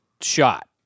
shot